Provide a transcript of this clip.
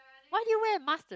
why do you wear a mask to